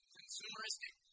consumeristic